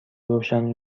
روشن